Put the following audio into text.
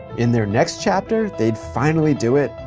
in their next chapter, they'd finally do it,